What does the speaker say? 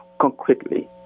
concretely